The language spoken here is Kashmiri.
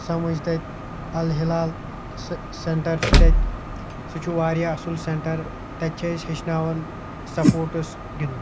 سَمجھ تَتہِ اَل ہِلال سینٛٹر چھُ تَتہِ سُہ چھُ واریاہ اَصٕل سینٹر تَتہِ چھِ اسہِ ہٮ۪چھناوان سپوٹٕس گنٛدُن